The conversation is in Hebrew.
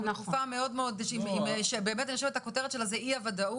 אנחנו בתקופה שהכותרת שלה היא אי ודאות.